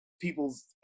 people's